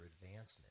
advancement